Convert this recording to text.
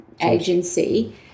agency